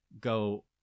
go